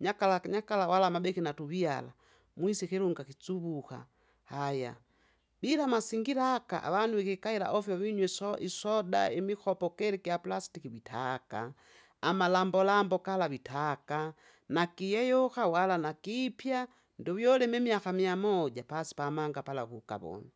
Nyakaraki nyakara wala amabeki natuviala, mwise ikilunga kisubuka haya. Bila masingira aka avanu vikikaila ofyo vinywe iso- isoda imikopo gila igyaplastiki vitaka, amalambolambo gala vitaka, nakiyeyuka wala nakiipya, ndovwolime imiaka miamoja pasi pamanga pala kukavona.